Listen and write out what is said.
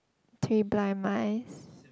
three blind mice